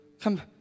come